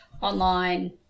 online